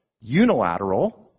unilateral